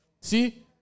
See